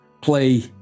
play